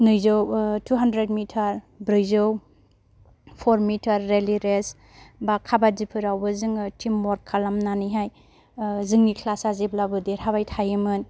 नैजौ तु हानद्रेद मिटार ब्रैजौ फर मितार रेलि रेस बा काबादि फोरावबो जोङो तिम वार्क खालामनानैहाय जोंनि क्लास ा जेब्लाबो देरहाबाय थायोमोन